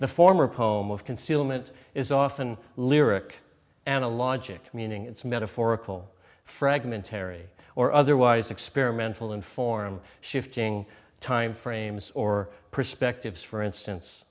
the former poem of concealment is often lyric analogic meaning its metaphorical fragmentary or otherwise experimental in form shifting time frames or perspectives for instance